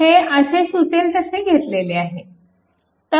हे असे सुचेल तसे घेतले आहे